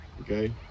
okay